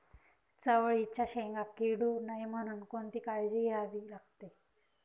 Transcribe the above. चवळीच्या शेंगा किडू नये म्हणून कोणती काळजी घ्यावी लागते?